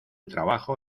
trabajo